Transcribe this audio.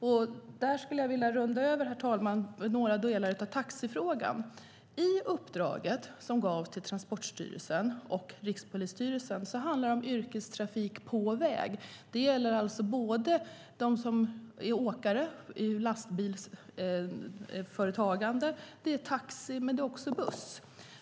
Jag skulle gå över till taxifrågan. I uppdraget som gavs till Transportstyrelsen och Rikspolisstyrelsen handlar det om yrkestrafik på väg. Det gäller alltså åkare i lastbilsföretagande, taxi men också buss.